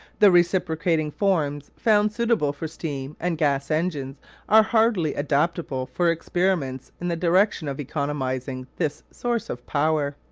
the reciprocating forms found suitable for steam and gas engines are hardly adaptable for experiments in the direction of economising this source of power,